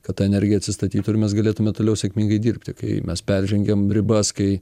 kad ta energija atsistatytų ir mes galėtume toliau sėkmingai dirbti kai mes peržengiam ribas kai